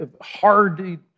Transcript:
hard